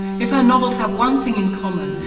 if her novels have one thing in common,